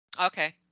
Okay